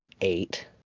eight